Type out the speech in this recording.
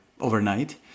overnight